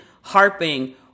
harping